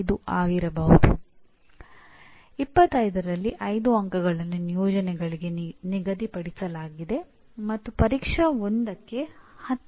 outcome based education ಕಲಿಕೆ ಮತ್ತು ಬೋಧನೆಗೆ ವಿದ್ಯಾರ್ಥಿ ಕೇಂದ್ರಿತ ವಿಧಾನವನ್ನು ಉತ್ತೇಜಿಸುತ್ತದೆ